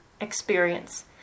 experience